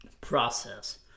process